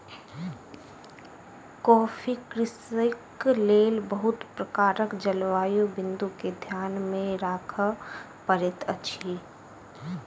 coffee कृषिक लेल बहुत प्रकारक जलवायु बिंदु के ध्यान राखअ पड़ैत अछि